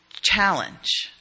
challenge